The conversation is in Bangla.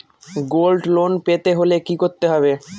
গোল্ড লোন পেতে হলে কি করতে হবে?